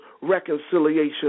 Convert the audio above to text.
reconciliation